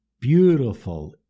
beautiful